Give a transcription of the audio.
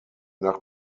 nach